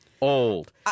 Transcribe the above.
old